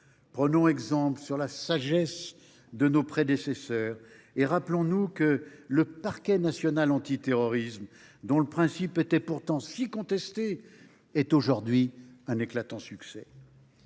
Prenons exemple sur la sagesse de nos prédécesseurs et rappelons nous que le parquet national antiterroriste, dont le principe était pourtant si contesté, est aujourd’hui un éclatant succès.